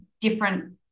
different